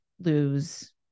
lose